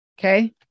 Okay